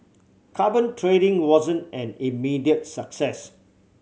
carbon trading wasn't an immediate success